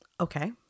Okay